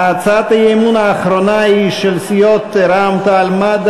הצעת האי-אמון האחרונה היא של סיעות חד"ש,